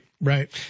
Right